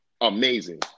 amazing